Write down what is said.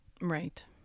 right